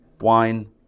wine